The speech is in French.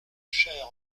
chère